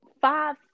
five